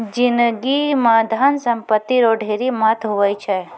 जिनगी म धन संपत्ति रो ढेरी महत्व हुवै छै